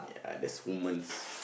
ya that's woman's